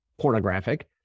pornographic